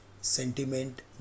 sentiment